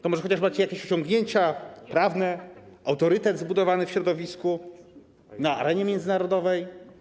To może chociaż macie jakieś osiągnięcia prawne, autorytet zbudowany w środowisku, na arenie międzynarodowej?